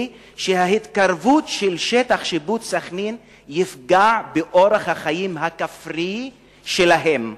היא שההתקרבות של שטח השיפוט של סח'נין תפגע באורח החיים הכפרי שלהם,